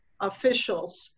officials